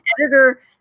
editor